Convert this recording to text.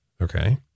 Okay